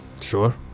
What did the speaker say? Sure